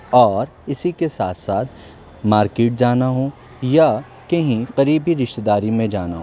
اور اسی کے ساتھ ساتھ مارکیٹ جانا ہو یا کہیں قریبی رشتہ داری میں جانا ہو